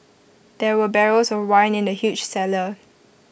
there were barrels of wine in the huge cellar